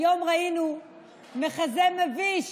היום ראינו מחזה מביש